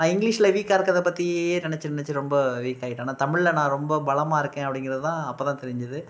நான் இங்கிலீஷில் வீக்காக இருக்கறத பற்றியே நினச்சி நினச்சி ரொம்ப வீக்காக ஆயிட்டேன் நான் தமிழில் நான் ரொம்ப பலமாக இருக்கேன் அப்படிங்கிறது தான் அப்போ தான் தெரிஞ்சது